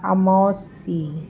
Amausi